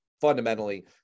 fundamentally